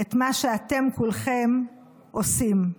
את מה שאתם כולכם עושים.